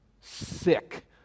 sick